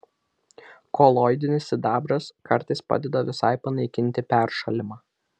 koloidinis sidabras kartais padeda visai panaikinti peršalimą